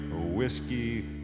whiskey